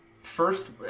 first